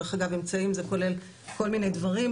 דרך אגב אמצעים זה כולל כל מיני דברים,